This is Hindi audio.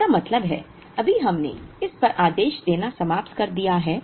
इसका मतलब है अभी हमने इस पर आदेश देना समाप्त कर दिया है